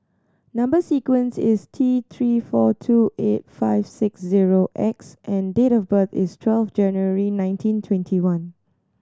number sequence is T Three four two eight five six zero X and date of birth is twelve January nineteen twenty one